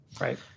right